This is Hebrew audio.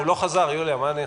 הוא לא חזר, מה אעשה.